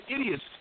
idiots